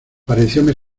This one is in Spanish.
parecióme